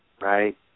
Right